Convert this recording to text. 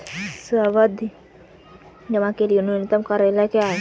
सावधि जमा के लिए न्यूनतम कार्यकाल क्या है?